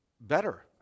better